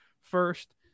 first